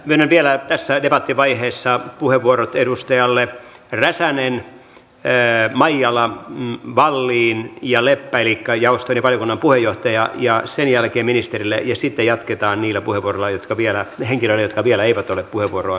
myönnän vielä tässä debattivaiheessa puheenvuorot edustajille räsänen maijala wallin ja leppä elikkä jaoston ja valiokunnan puheenjohtaja ja sen jälkeen ministerille ja sitten jatketaan niillä henkilöillä jotka vielä eivät ole puheenvuoroa saaneet